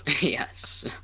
Yes